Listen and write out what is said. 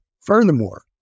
Furthermore